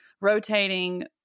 rotating